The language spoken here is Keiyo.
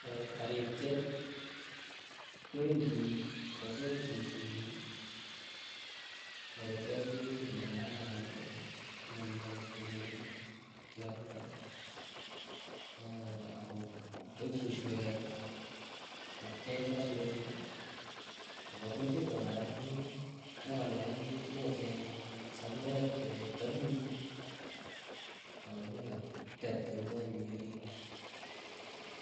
tarityet kwendiii kocheng suswek, akocheng ketit nekararan nemaite, iin tiondo akoip suswek kai kotech keswet akopupul kokararanit, akoi kolalang'it ipokocheng sapurek che tapulul akonyoko tet ingonyi orit.